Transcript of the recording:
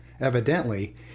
Evidently